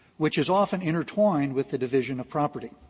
which is often intertwined with the division of property.